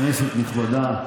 כנסת נכבדה,